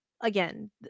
again